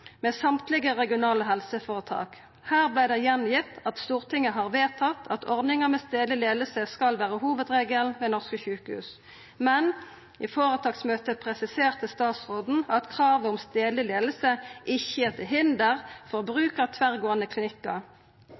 med alle dei regionale helseføretaka. Her vart det gjengitt at Stortinget har vedtatt at ordninga med stadleg leiing skal vera hovudregelen ved norske sjukehus, men i føretaksmøtet presiserte statsråden «at kravet om stedlig ledelse ikke er til hinder for bruk av tverrgående klinikker.